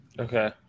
Okay